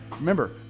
Remember